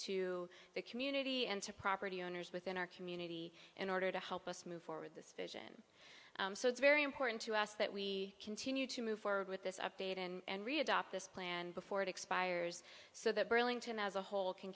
to the community and to property owners within our community in order to help us move forward this vision so it's very important to us that we continue to move forward with this update and re adopt this plan before it expires so that burlington as a whole can